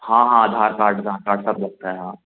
हाँ हाँ Aadhaar card card सब लगता है हाँ